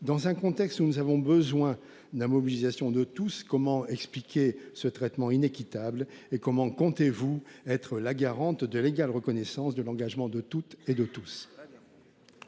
alors que nous avons besoin de la mobilisation de tous, comment expliquer ce traitement inéquitable et comment comptez-vous être la garante de l'égale reconnaissance de l'engagement de toutes et de tous ?